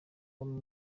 baba